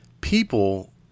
people